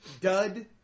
dud